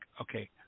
okay